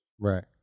Right